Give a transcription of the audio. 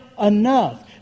enough